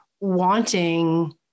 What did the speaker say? wanting